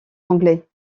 anglais